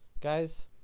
guys